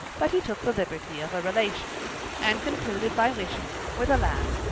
but he took the liberty of a relation and concluded by wishing, with a laugh,